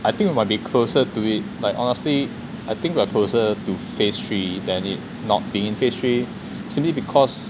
I think about it might closer to it like honestly I think we are closer to phase three than it not being in phase three simply because